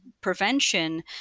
prevention